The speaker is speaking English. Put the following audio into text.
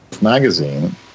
magazine